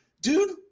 dude